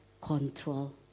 Control